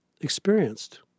experienced